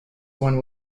one